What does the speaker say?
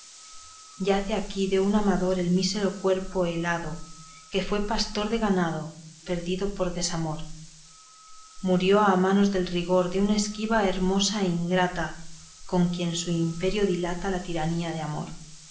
manera yace aquí de un amador el mísero cuerpo helado que fue pastor de ganado perdido por desamor murió a manos del rigor de una esquiva hermosa ingrata con quien su imperio dilata la tiranía de su amor